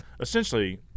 essentially